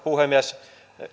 puhemies